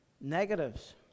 negatives